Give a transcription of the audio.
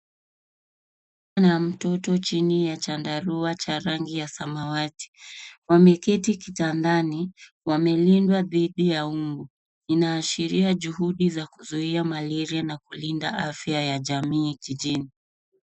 Mama na mtoto chini ya chandarua cha samawati. Wameketi kitandani, wamelindwa dhidi ya mbu. Inaashiria juhudi za kuzuia malaria na kulinda afya ya jamii jijini.